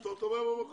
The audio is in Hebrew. נפתור את הבעיה במקום.